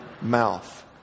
mouth